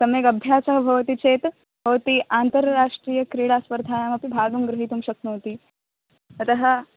सम्यगभ्यासः भवति चेत् भवती आन्तरराष्ट्रीयस्पर्धायामपि भागं गृहीतुं शक्नोति अतः